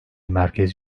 merkez